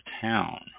Town